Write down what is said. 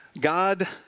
God